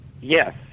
Yes